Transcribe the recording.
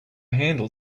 handle